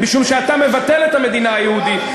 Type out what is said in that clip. יש קשר, משום שאתה מבטל את המדינה היהודית.